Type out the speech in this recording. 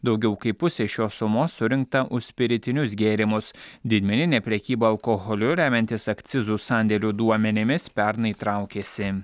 daugiau kaip pusė šios sumos surinkta už spiritinius gėrimus didmeninė prekyba alkoholiu remiantis akcizų sandėlių duomenimis pernai traukėsi